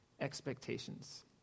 expectations